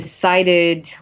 decided